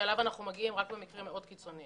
שאליו אנחנו מגיעים במקרים רק מאוד קיצוניים.